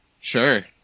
Sure